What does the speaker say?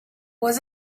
was